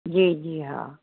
जी जी हा